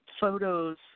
photos